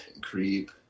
Creep